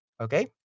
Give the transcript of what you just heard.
Okay